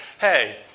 Hey